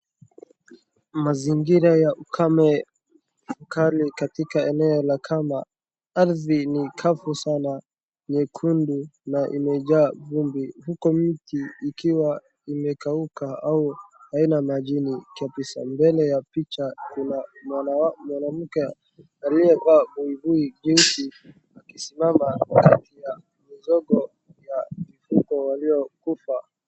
Mazingira ya ukame mkali katika eneo la Kamba. Ardhi ni kavu sana, nyekundu, na imejaa vumbi. Huko miti ikiwa imekauka au haina majini kabisa. Mbele ya picha kuna mwanamke aliyevaa buibui jeusi akisimama kati ya mizogo ya mifugo waliokufa.